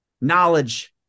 knowledge